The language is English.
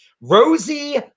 rosie